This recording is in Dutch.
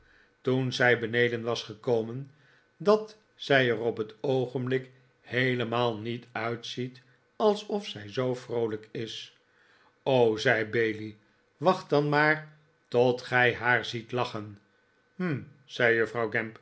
toen zij beneden was gekomen dat zij er op t oogenblik heelemaal niet uitziet alsof zij zoo vroolijk is zei bailey wacht dan maar tot gij haar ziet lachen hm zei juffrouw